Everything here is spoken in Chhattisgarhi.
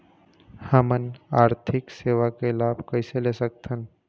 हमन आरथिक सेवा के लाभ कैसे ले सकथन?